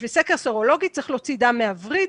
בשביל סקר סרולוגי צריך להוציא דם מהווריד,